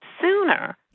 sooner